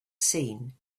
seen